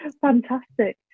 Fantastic